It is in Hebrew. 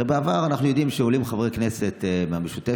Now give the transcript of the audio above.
הרי בעבר ראינו שעולים חברי כנסת מהמשותפת,